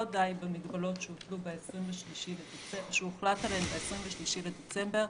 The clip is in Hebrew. די במגבלות שהוטלו שהוחלט עליהם ב-23 בדצמבר.